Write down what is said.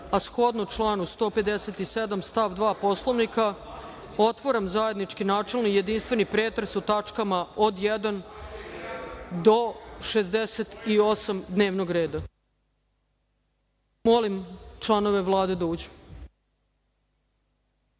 a shodno članu 157. stav 2. Poslovnika, otvaram zajednički, načelni i jedinstveni pretres u tačkama od 1. do 68. tačaka dnevnog reda. Molim članove Vlade da